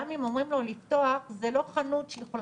גם אם אומרים לו לפתוח זה לא חנות שיכולה